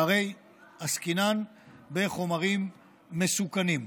שהרי עסקינן בחומרים מסוכנים.